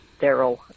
Daryl